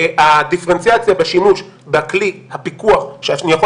הדיפרנציאציה בשימוש בכלי הפיקוח שאני יכול